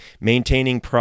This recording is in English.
Maintaining